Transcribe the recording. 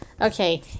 Okay